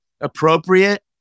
appropriate